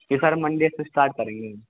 के sir Monday से start करेंगे